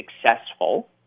successful